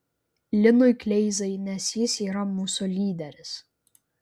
linui kleizai nes jis yra mūsų lyderis